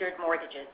mortgages